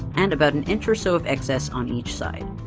and about an inch or so of excess on each side.